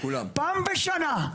פעם בשנה,